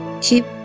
Keep